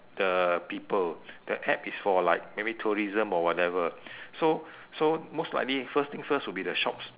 the people the app is for like maybe tourism or whatever so so most likely first thing first will be the shops